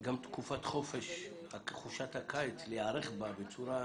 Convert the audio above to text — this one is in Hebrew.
גם תקופת חופשת הקיץ להיערך בה בצורה מיטבית,